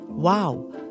Wow